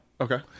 Okay